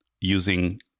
using